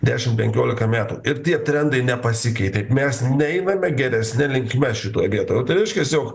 dešim penkiolika metų ir tie trendai nepasikeitė mes neiname geresne linkme šitoj vietoj o tai reiškias jog